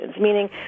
meaning